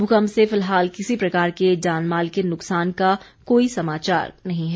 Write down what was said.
भूकम्प से फिलहाल किसी प्रकार के जान माल के नुकसान का कोई समाचार नहीं है